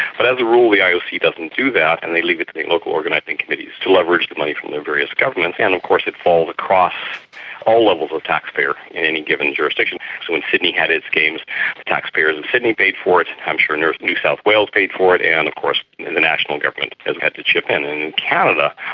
but as a rule the ioc doesn't do that and they leave it to the local organising committees to leverage money from their various governments, and of course it falls across all levels of tax payers in any given jurisdiction. so when sydney had its games, the tax payers of and sydney paid for it, i'm sure new new south wales paid for it, and of course the national government had to chip in. in canada,